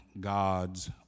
god's